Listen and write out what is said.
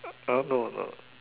!huh! no no